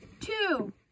two